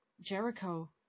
Jericho